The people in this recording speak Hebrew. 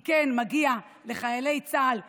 כן, מגיע לחיילי צה"ל 100%,